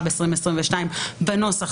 בבקשה, עורכת הדין רווה ואז נציג ונקריא את הנוסח